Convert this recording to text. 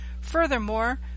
Furthermore